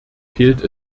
fehlt